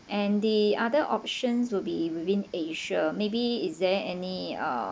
and the other options will be within asia maybe is there any uh